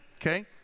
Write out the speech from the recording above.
Okay